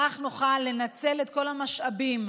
כך נוכל לנצל את כל המשאבים.